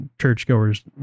churchgoers